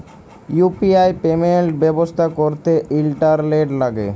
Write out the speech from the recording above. UPI payment ব্যবস্থা ক্যরতে internet ল্যাগে